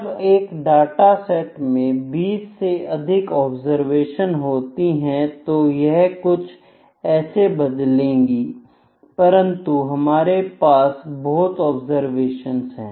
जब एक डाटासेट में 20 से अधिक ऑब्जरवेशन होती हैं तो यह कुछ ऐसे बदलेगी परंतु हमारे पास बहुत ऑब्जर्वेशंस है